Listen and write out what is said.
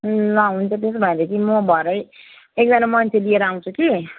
ल हुन्छ त्यसो भनेदेखि म भरै एकजना मान्छे लिएर आउँछु कि